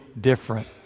different